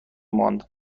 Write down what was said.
ماند